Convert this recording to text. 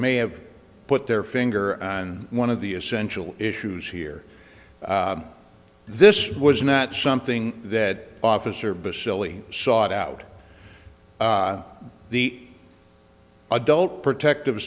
may have put their finger on one of the essential issues here this was not something that officer bacilli sought out the adult protective